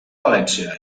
valència